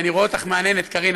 אני רואה אותך מהנהנת, קארין.